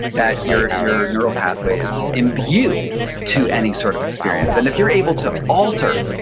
that your your neural pathways imbue to any sort of experience. and if you're able to alter